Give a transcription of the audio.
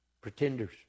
Pretenders